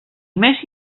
més